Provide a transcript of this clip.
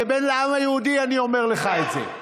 כבן לעם היהודי אני אומר לך את זה.